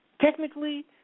Technically